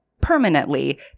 permanently